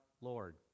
Lord